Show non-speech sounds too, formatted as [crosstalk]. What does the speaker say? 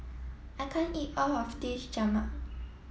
I can't eat all of this [unintelligible]